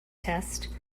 test